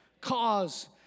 Cause